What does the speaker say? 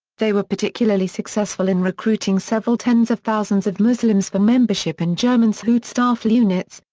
they were particularly successful in recruiting several tens-of-thousands of muslims for membership in german so schutzstaffel units,